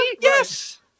Yes